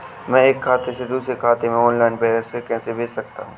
मैं एक खाते से दूसरे खाते में ऑनलाइन पैसे कैसे भेज सकता हूँ?